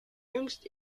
jüngst